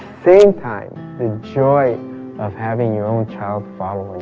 same time the joy of having your own child follow.